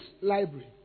library